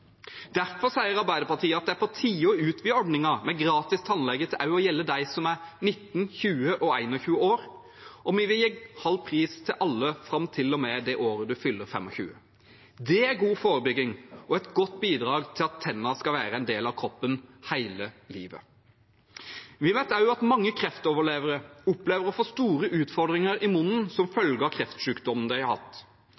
Derfor sier Arbeiderpartiet at det er på tide å utvide ordningen med gratis tannlege til også å gjelde dem som er 19, 20 og 21 år, og vi vil gi halv pris til alle fram til og med det året de fyller 25. Det er god forebygging og et godt bidrag til at tennene skal være en del av kroppen hele livet. Vi vet også at mange kreftoverlevere opplever å få store utfordringer i munnen som